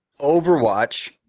overwatch